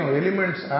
elements